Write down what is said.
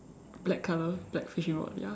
black colour black fishing rod ya